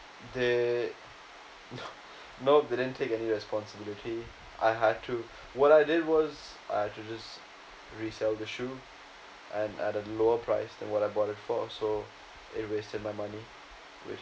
they nope didn't take any responsibility I had to what I did was I just resell the shoe and at a lower price than what I bought it for so it wasted my money